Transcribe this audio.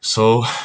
so